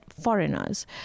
foreigners